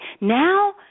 Now